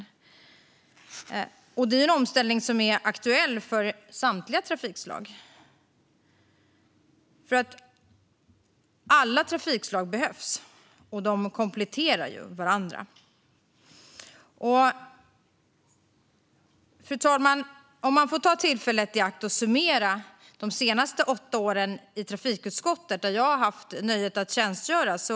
Detta är en omställning som är aktuell för samtliga trafikslag. Alla trafikslag behövs, och de kompletterar varandra. Fru talman! Låt mig ta tillfället i akt att summera de senaste åtta åren i trafikutskottet, där jag har haft nöjet att tjänstgöra.